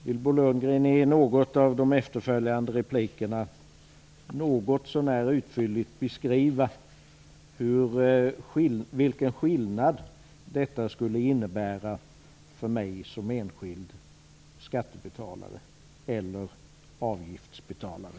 Vill Bo Lundgren i någon av de efterföljande replikerna något så när utförligt beskriva vilken skillnad detta skulle innebära för mig som enskild skattebetalare eller avgiftsbetalare?